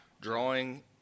drawing